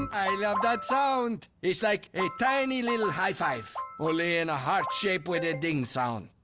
i love that sound! it's like a tiny little high five, only in a heart shape with a ding sound.